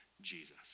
Jesus